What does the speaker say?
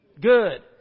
good